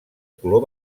color